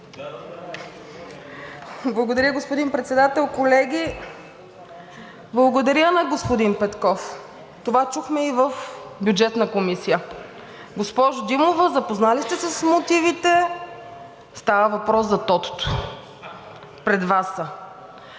Благодаря, господин Председател. Колеги, благодаря на господин Петков. Това чухме и в Бюджетна комисия: „Госпожо Димова, запознали сте се с мотивите, става въпрос за тотото, пред Вас са.“